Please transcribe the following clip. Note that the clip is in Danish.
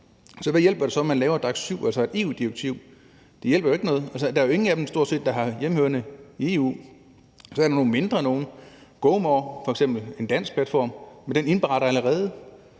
og hvad hjælper det så, at man laver DAC7, altså et EU-direktiv? Det hjælper jo ikke noget. Altså, der er stort set ingen af dem, der er hjemmehørende i EU. Der er nogle mindre nogle, f.eks. GoMore, en dansk platform, men den indberetter allerede.